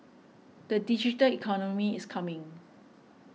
the digital economy is coming